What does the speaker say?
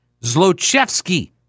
Zlochevsky